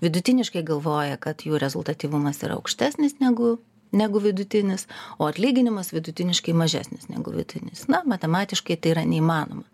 vidutiniškai galvoja kad jų rezultatyvumas yra aukštesnis negu negu vidutinis o atlyginimas vidutiniškai mažesnis negu vidutinis na matematiškai tai yra neįmanoma